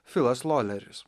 filas loleris